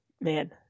man